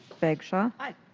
bagshaw. aye.